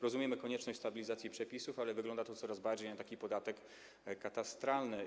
Rozumiemy konieczność stabilizacji przepisów, ale wygląda to coraz bardziej na podatek katastralny.